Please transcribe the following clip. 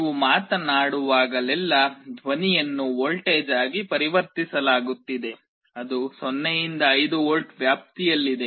ನೀವು ಮಾತನಾಡುವಾಗಲೆಲ್ಲಾ ಧ್ವನಿಯನ್ನು ವೋಲ್ಟೇಜ್ ಆಗಿ ಪರಿವರ್ತಿಸಲಾಗುತ್ತಿದೆ ಅದು 0 ರಿಂದ 5 ವೋಲ್ಟ್ ವ್ಯಾಪ್ತಿಯಲ್ಲಿದೆ